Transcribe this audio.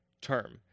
term